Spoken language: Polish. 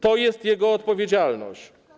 To jest jego odpowiedzialność.